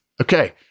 Okay